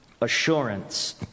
assurance